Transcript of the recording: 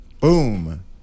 Boom